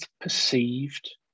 perceived